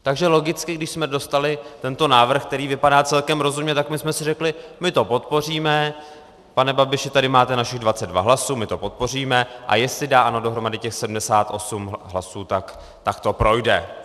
Takže logicky, když jsme dostali tento návrh, který vypadá celkem rozumně, tak my jsme si řekli my to podpoříme, pane Babiši, tady máte našich 22 hlasů, my to podpoříme, a jestli se dá dohromady těch 78 hlasů, tak to projde.